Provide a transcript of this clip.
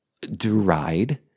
deride